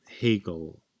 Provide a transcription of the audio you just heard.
Hegel